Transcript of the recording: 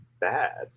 bad